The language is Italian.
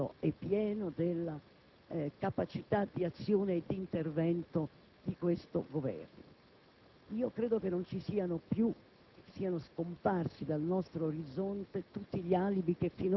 È in atto un'operazione per la quale è stato usato un termine che a non molti piace, come verifica, perché ricorderebbe il passato;